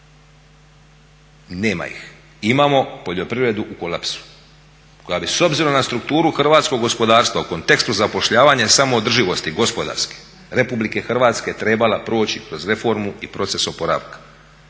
Nema ih! Imamo poljoprivredu u kolapsu koja bi s obzirom na strukturu hrvatskog gospodarstva u kontekstu zapošljavanja i samoodrživosti gospodarske RH trebala proći kroz reformu i proces oporavka.